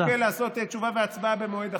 שוקל לעשות תשובה והצבעה במועד אחר.